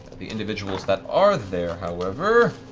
the individuals that are there, however,